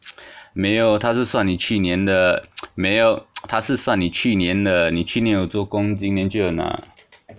没有他是算你去年的 没有 他是算你去年的你去年有做工今年就有拿